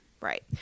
Right